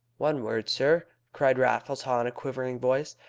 one word, sir, cried raffles haw in a quivering voice.